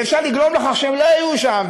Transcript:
ואפשר לגרום לכך שהם לא יהיו שם,